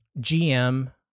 GM